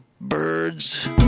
birds